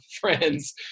friends